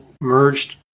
merged